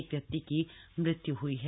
एक व्यक्ति की मृत्यु हुई है